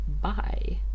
bye